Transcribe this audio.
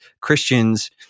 Christians